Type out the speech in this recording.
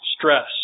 stress